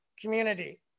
community